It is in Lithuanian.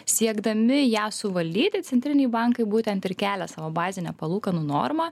siekdami ją suvaldyti centriniai bankai būtent ir kelia savo bazinę palūkanų normą